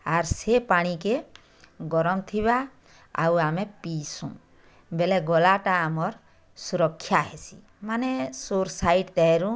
ଆର୍ ସେ ପାଣି କେ ଗରମ୍ ଥିବା ଆଉ ଆମେ ପିଇସୁଁ ବେଲେ ଗଲା ଟା ଆମର୍ ସୁରକ୍ଷା ହେସିଁ ମାନେ ସୋର୍ ସାଇଟ୍ ଟେରୁଁ